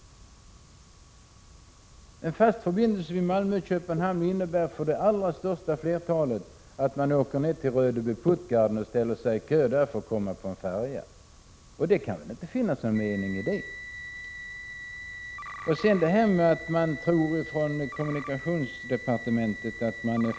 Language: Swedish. En fast förbindelse Malmö-Köpenhamn innebär för flertalet människor att man åker till Redby-Puttgarden och ställer sig i kö där för att komma på en färja. Det kan väl inte finnas någon mening med det? På kommunikationsdepartementet tror man att en bro är färdig 1995. Men — Prot.